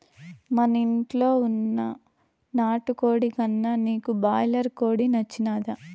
మనింట్ల వున్న నాటుకోడి కన్నా నీకు బాయిలర్ కోడి నచ్చినాదా